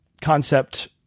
concept